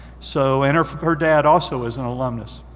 so and her her dad also is an alumnus.